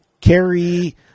carry